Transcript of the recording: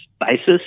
basis